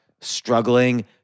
struggling